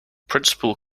principal